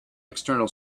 external